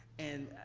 and